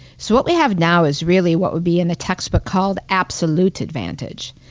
so what we have now is really what would be in the textbook called absolute advantage.